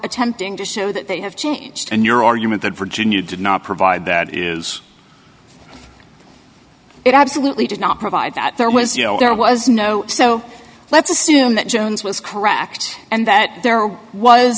attempting to show that they have changed and your argument that virginia did not provide that is it absolutely did not provide that there was you know there was no so let's assume that jones was correct and that there was